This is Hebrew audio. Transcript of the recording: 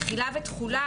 מבחינת תחילה ותחולה,